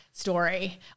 Story